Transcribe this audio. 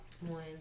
one